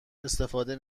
استفاده